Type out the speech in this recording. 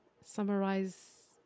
summarize